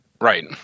Right